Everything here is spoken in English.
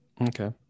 Okay